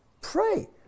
pray